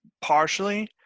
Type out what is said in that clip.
partially